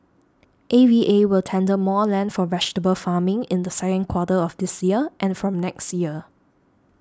A V A will tender more land for vegetable farming in the second quarter of this year and from next year